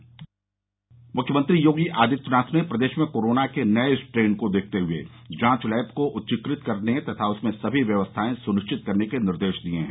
मूख्यमंत्री योगी आदित्यनाथ ने प्रदेश में कोरोना के नये स्ट्रेन को देखते हए जांच लैब को उच्चीकृत करने तथा उनमें सभी व्यवस्थाएं सुनिश्चित करने के निर्देश दिये हैं